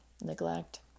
neglect